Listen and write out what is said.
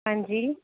ਹਾਂਜੀ